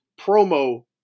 promo